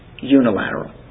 unilateral